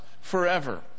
forever